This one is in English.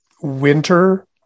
winter